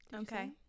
Okay